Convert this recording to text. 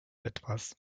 etwas